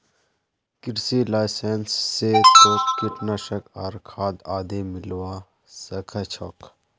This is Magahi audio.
कृषि लाइसेंस स तोक कीटनाशक आर खाद आदि मिलवा सख छोक